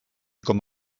com